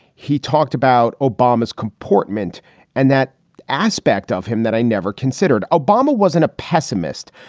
he talked about obama's comportment and that aspect of him that i never considered. obama wasn't a pessimist,